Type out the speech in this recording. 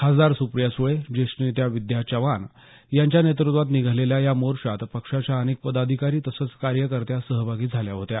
खासदार सुप्रिया सुळे ज्येष्ठ नेत्या विद्या चव्हाण यांच्या नेतृत्वात निघालेल्या या मोर्चात पक्षाच्या अनेक पदाधिकारी तसंच कार्यकर्त्या सहभागी झाल्या होत्या